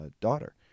daughter